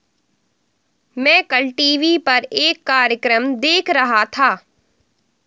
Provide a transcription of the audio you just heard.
मैं कल टीवी पर एक कार्यक्रम देख रहा था